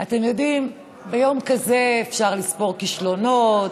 אתם יודעים, ביום כזה אפשר לספור כישלונות,